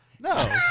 No